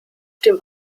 dem